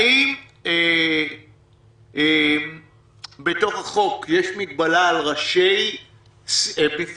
האם בתוך החוק יש מגבלה על ראשי מפלגות